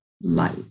light